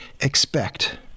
expect